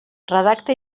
redacta